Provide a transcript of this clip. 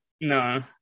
No